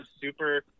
super